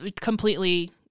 completely